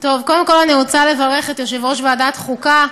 קודם כול אני רוצה לברך את יושב-ראש ועדת החוקה.